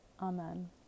Amen